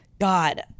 god